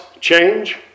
change